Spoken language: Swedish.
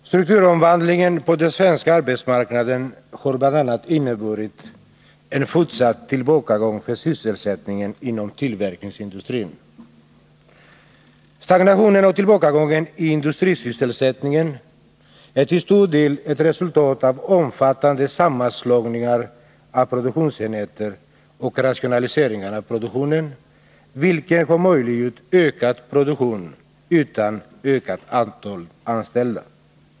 Herr talman! Strukturomvandlingen på den svenska arbetsmarknaden har bl.a. inneburit en fortsatt tillbakagång för sysselsättningen inom tillverkningsindustrin. Stagnationen och tillbakagången i industrisysselsättningen är till stor del ett resultat av omfattande sammanslagningar av produktionsenheter och rationaliseringar av produktionen, vilket har möjliggjort ökad produktion utan ökat antal anställda.